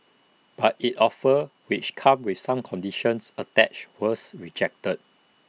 but its offer which came with some conditions attached was rejected